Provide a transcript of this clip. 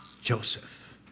Joseph